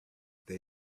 they